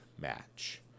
match